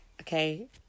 okay